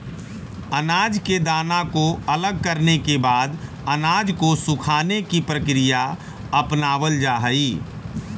अनाज के दाना को अलग करने के बाद अनाज को सुखाने की प्रक्रिया अपनावल जा हई